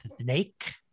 snake